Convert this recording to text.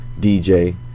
DJ